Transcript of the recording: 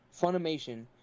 Funimation